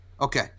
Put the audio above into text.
Okay